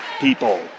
people